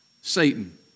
Satan